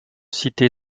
cité